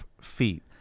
feet